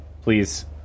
please